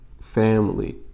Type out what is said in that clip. family